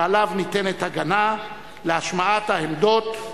שעליו ניתנת הגנה להשמעת העמדות כולן.